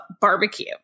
barbecue